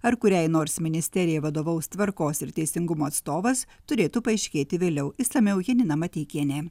ar kuriai nors ministerijai vadovaus tvarkos ir teisingumo atstovas turėtų paaiškėti vėliau išsamiau janina mateikienė